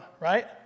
right